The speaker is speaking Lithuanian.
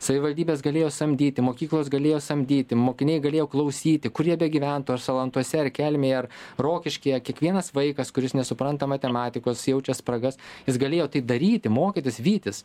savivaldybės galėjo samdyti mokyklos galėjo samdyti mokiniai galėjo klausyti kur jie begyventų ar salantuose ar kelmėj ar rokiškyje kiekvienas vaikas kuris nesupranta matematikos jaučia spragas jis galėjo tai daryti mokytis vytis